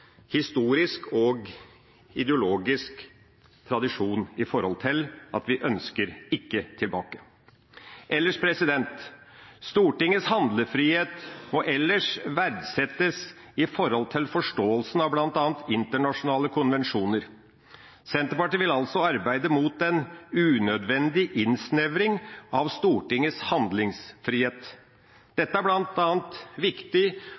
historisk og ideologisk tradisjon for at vi ikke ønsker tilbake. Stortingets handlefrihet må ellers verdsettes i forhold til forståelsen av bl.a. internasjonale konvensjoner. Senterpartiet vil altså arbeide mot en unødvendig innsnevring av Stortingets handlefrihet. Dette er bl.a. viktig